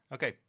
Okay